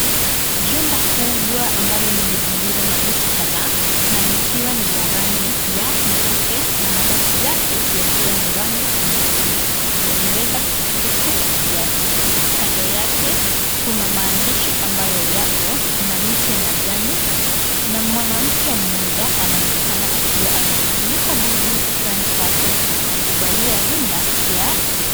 Jumba kubwa ambalo limezingirwa na miti kadhaa na likiwa ni la rangi ya nyeupe na mabati yake yakiwa ni rangi nyekundu na yameweza kupiga kutu kiasi. Kando yake kuna maandishi ambayo yako na miti ya majani na mwanamke mmoja anaonekana akiwa amejifunika buibui kichwani pake na kuvalia rinda ya nyekundu.